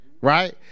right